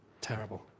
Terrible